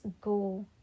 go